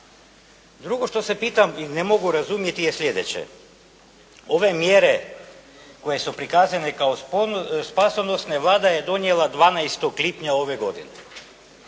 Drugo što se pitam i ne mogu razumjeti je sljedeće. Ove mjere koje su prikazane kao spasonosne, Vlada je donijela 12. lipnja ove godine,